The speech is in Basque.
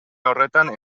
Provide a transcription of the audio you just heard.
horretan